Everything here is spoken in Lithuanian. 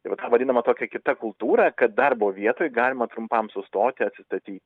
tai va ta vadinama tokia kita kultūra kad darbo vietoj galima trumpam sustoti atsistaty